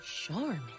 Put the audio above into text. Charmin